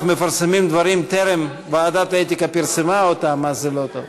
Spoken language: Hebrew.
אם אנחנו מפרסמים דברים לפני שוועדת האתיקה פרסמה אותם אז זה לא טוב.